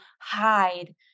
hide